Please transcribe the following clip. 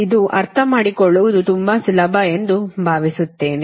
ಇದು ಅರ್ಥಮಾಡಿಕೊಳ್ಳುವುದು ತುಂಬಾ ಸುಲಭ ಎಂದು ಭಾವಿಸುತ್ತೇನೆ